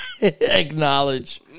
Acknowledge